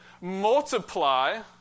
multiply